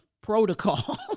protocol